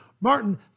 martin